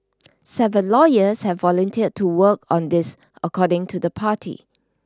seven lawyers have volunteered to work on this according to the party